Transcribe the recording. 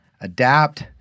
adapt